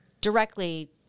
directly